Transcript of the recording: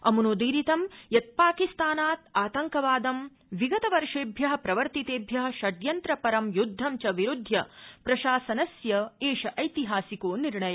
अम्नोदीरितं यत् पाकिस्तानात् आतंकवादं विगतवर्षेभ्य प्रवर्तितेभ्य षड्यन्त्रपरं युद्ध च विरूद्धय प्रशासनस्य एषैतिहासिको निर्णय